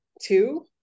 two